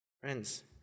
Friends